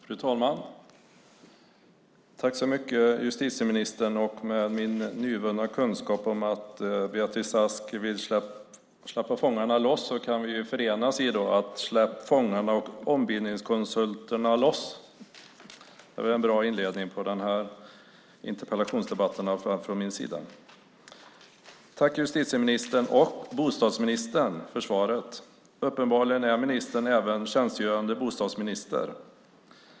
Fru talman! Tack så mycket, justitieministern! Med min nyvunna kunskap om att Beatrice Ask vill släppa fångarna loss kan vi ju förenas i att släppa fångarna och ombildningskonsulterna loss. Det är väl en bra inledning på den här interpellationsdebatten, i alla fall från min sida? Tack, justitieministern och bostadsministern, för svaret! Uppenbarligen är ministern även tjänstgörande bostadsminister.